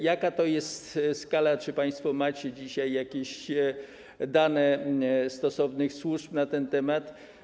Jaka to jest skala, czy państwo macie dzisiaj jakieś dane stosownych służb na ten temat?